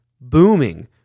booming